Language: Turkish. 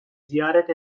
ziyaret